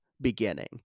beginning